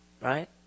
Right